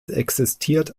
existiert